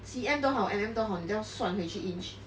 C_M 都好 M_M 都好你都要算回去 inch